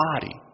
body